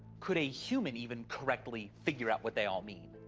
could a human even correctly figure out what they all mean?